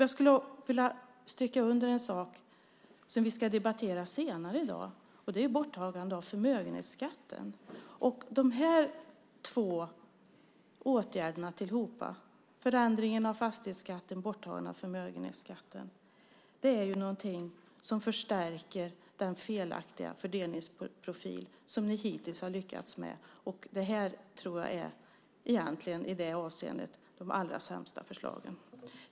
Jag skulle vilja stryka under en sak som vi ska debattera senare i dag, och det gäller borttagande av förmögenhetsskatten. Dessa två åtgärder tillsammans - förändringen av fastighetsskatten och borttagandet av förmögenhetsskatten - förstärker den felaktiga fördelningsprofil som ni hittills har lyckats med. I det avseendet tror jag att dessa förslag är de allra sämsta.